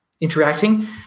interacting